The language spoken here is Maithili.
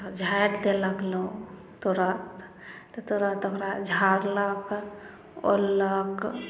तब झाड़ि देलक लोग तोरा तोरा ओकरा झाड़लक ओललक